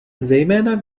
zejména